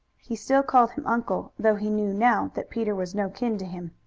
he still called him uncle, though he knew now that peter was no kin to him.